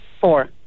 Four